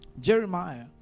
Jeremiah